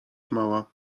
mała